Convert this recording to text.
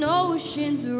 oceans